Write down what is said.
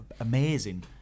amazing